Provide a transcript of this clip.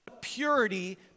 Purity